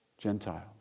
Gentiles